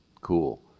cool